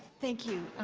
thank you.